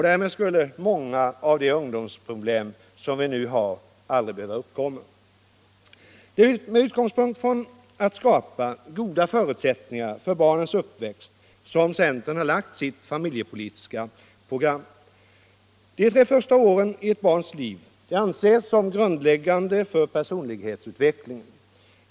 Därmed skulle många av de ungdomsproblem som vi nu har aldrig behöva uppkomma. Det är med utgångspunkten att centern vill skapa goda förutsättningar för barnens uppväxt som vi har lagt fram vårt familjepolitiska program. De tre första åren i ett barns liv anses som grundläggande för personlighetsutvecklingen.